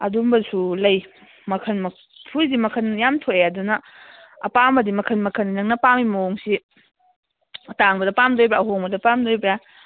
ꯑꯗꯨꯝꯕꯁꯨ ꯂꯩ ꯃꯈꯟ ꯍꯧꯖꯤꯛꯇꯤ ꯃꯈꯟ ꯌꯥꯝ ꯊꯣꯛꯑꯦ ꯑꯗꯨꯅ ꯑꯄꯥꯝꯕꯗꯤ ꯃꯈꯟ ꯃꯈꯟ ꯅꯪꯅ ꯄꯥꯝꯃꯤ ꯃꯑꯣꯡꯁꯤ ꯑꯇꯥꯡꯕꯗ ꯄꯥꯝꯗꯣꯏꯕ꯭ꯔꯥ ꯑꯍꯣꯡꯕꯗ ꯄꯥꯝꯗꯣꯔꯤꯕ꯭ꯔꯥ